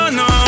no